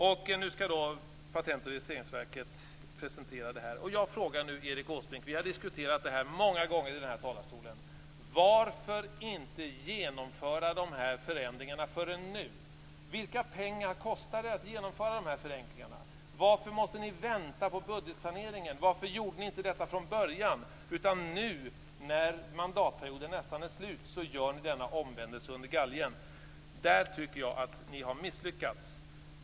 Patent och registreringsverket skall presentera det här. Vi har diskuterat detta många gånger i den här talarstolen, och jag frågar Erik Åsbrink: Varför genomför ni inte de här förändringarna förrän nu? Vad kostar det att genomföra de här förenklingarna? Varför måste ni vänta på budgetsaneringen? Varför gjorde ni inte detta från början? Nu när mandatperioden nästan är slut gör ni denna omvändelse under galgen. Där tycker jag att ni har misslyckats.